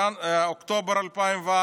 באוקטובר 2004?